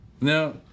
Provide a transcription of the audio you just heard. Now